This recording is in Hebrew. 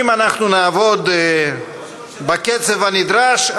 אם אנחנו נעבוד בקצב הנדרש,